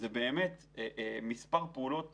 מספר פעולות